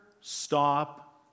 stop